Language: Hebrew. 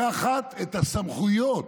לקחת את הסמכויות,